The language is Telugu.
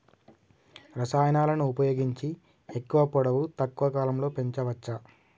రసాయనాలను ఉపయోగించి ఎక్కువ పొడవు తక్కువ కాలంలో పెంచవచ్చా?